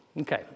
okay